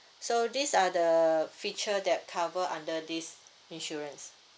so these are the feature that covered under this insurance